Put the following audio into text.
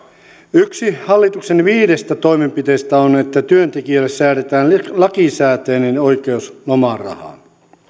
yksi hallituksen viidestä toimenpiteestä on että työntekijälle säädetään lakisääteinen oikeus lomarahaan